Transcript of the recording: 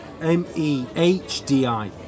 M-E-H-D-I